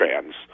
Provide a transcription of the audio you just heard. fans